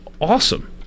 Awesome